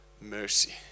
mercy